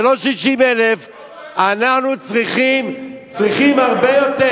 זה לא 60,000. אנחנו צריכים הרבה יותר.